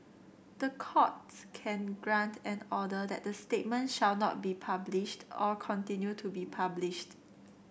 the court can grant an order that the statement shall not be published or continue to be published